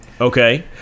Okay